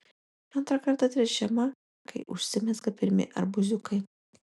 antrą kartą tręšiama kai užsimezga pirmi arbūziukai